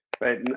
right